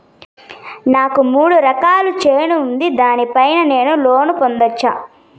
నాకు మూడు ఎకరాలు చేను ఉంది, దాని పైన నేను లోను పొందొచ్చా?